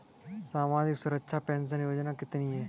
सामाजिक सुरक्षा पेंशन योजना कितनी हैं?